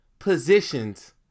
positions